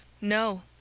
No